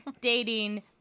dating